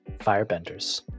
Firebenders